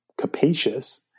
capacious